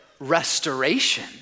restoration